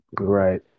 Right